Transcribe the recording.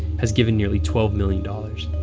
has given nearly twelve million dollars.